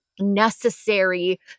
Necessary